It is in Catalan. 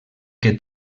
que